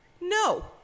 No